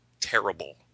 terrible